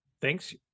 Thanks